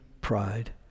pride